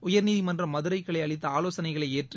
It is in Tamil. உயர்நீதிமன்ற மதுரை கிளை அளித்த ஆலோசனைகளை ஏற்று